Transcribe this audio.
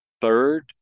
Third